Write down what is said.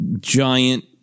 giant